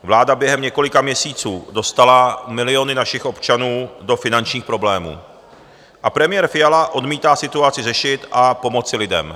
Vláda během několika měsíců dostala miliony našich občanů do finančních problémů a premiér Fiala odmítá situaci řešit a pomoci lidem.